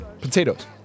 Potatoes